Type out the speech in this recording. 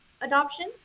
adoption